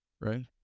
right